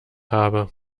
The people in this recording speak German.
habe